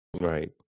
Right